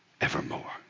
evermore